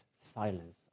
silence